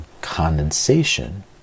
condensation